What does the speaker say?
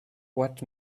what